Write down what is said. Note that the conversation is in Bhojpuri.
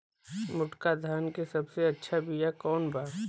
मोटका धान के सबसे अच्छा बिया कवन बा?